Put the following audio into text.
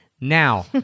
Now